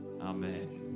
amen